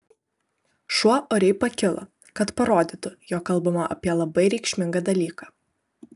šuo oriai pakilo kad parodytų jog kalbama apie labai reikšmingą dalyką